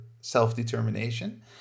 self-determination